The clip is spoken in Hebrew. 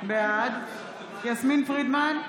בעד יסמין פרידמן,